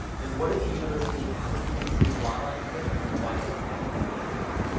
and what is the university asking me to do while i'm here? and why is it asking me to do that?